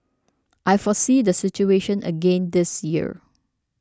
I foresee the situation again this year